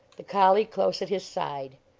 the collie close at his side.